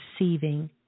Receiving